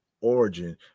origin